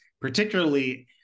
particularly